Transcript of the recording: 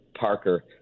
Parker